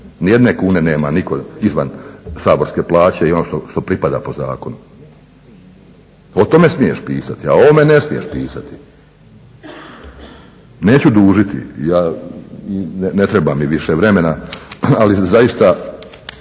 Nijedne kune nema nitko izvan saborske plaće i ono što pripada po zakonu. O tome smiješ pisati, a o ovome ne smiješ pisati. Neću dužiti, ja ne treba mi više vremena, ali zaista